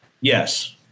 Yes